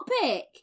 topic